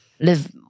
Live